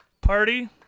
party